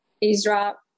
eavesdrop